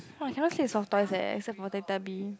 !woah! I cannot sleep with soft toys eh except for teletubby